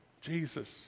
Jesus